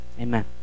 Amen